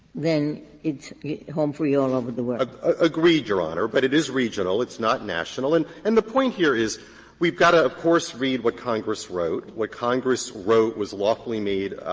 then it's home free all over the world. rosenkranz agreed, your honor, but it is regional, it's not national. and and the point here is we've got to of course read what congress wrote. what congress wrote was lawfully made